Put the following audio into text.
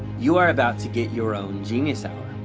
you are about to get your own genius hour.